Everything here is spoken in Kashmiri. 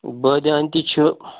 بٲدِیان تہِ چھُ